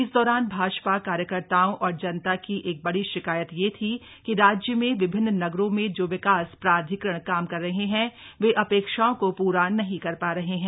इस दौरान भाजपा कार्यकर्ताओं और जनता की एक बड़ी शिकायत यह थी कि राज्य में विभिन्न नगरों में जो विकास प्राधिकरण काम कर रहे हैं वे अपेक्षाओं को प्रा नहीं कर पा रहे हैं